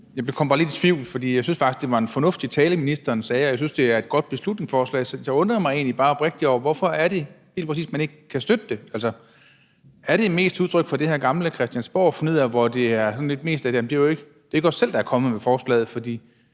Jeg kom bare lidt i tvivl, for jeg syntes faktisk, det var en fornuftig tale, ministeren holdt, og jeg synes, det er et godt beslutningsforslag, så jeg undrede mig bare egentlig bare oprigtigt over, hvorfor det helt præcis er, at man ikke kan støtte det. Er det mest udtryk for det her gamle christiansborgfnidder, hvor man siger: Det er ikke os selv, der er kommet med forslaget? Det